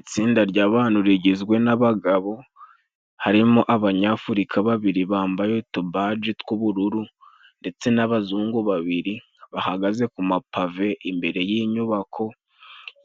Itsinda ry'abantu rigizwe n'abagabo, harimo Abanyafurika babiri bambaye utubaji tw'ubururu ndetse n'abazungu babiri bahagaze ku mapave, imbere y'inyubako